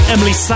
Emily